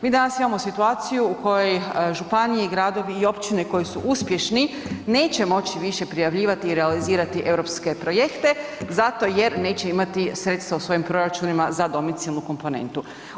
Mi danas imamo situaciju u kojoj županije i gradovi i općine koji su uspješni neće moći više prijavljivati i realizirati europske projekte zato jer neće imati sredstva u svojim proračunima za domicilnu komponentu.